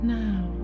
now